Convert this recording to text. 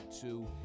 two